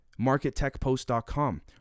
Markettechpost.com